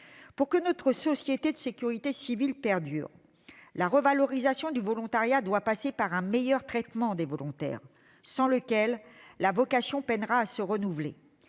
Pour que notre modèle de sécurité civile perdure, la revalorisation du volontariat doit passer par un meilleur traitement des volontaires, sans lequel les vocations peineront à se renouveler.